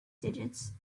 digits